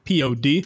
POD